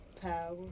Power